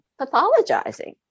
pathologizing